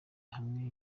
hamwe